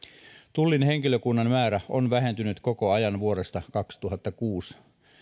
tullin henkilökunnan määrä on vähentynyt koko ajan vuodesta kaksituhattakuusi